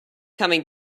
coming